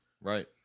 Right